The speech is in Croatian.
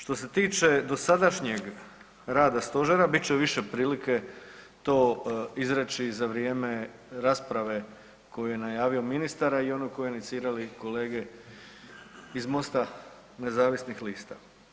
Što se tiče dosadašnjeg rada stožera bit će više prilike to izreći za vrijeme rasprave koju je najavio ministar, a i ono koje su inicirali kolege iz MOST-a nezavisnih lista.